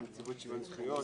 עם נציבות שוויון זכויות,